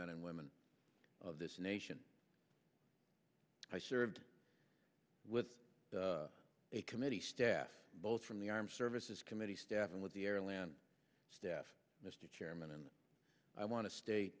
men and women of this nation i served with a committee staff both from the armed services committee staff and with the air land staff mr chairman and i want to